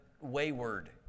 wayward